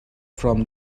from